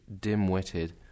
dim-witted